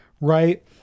right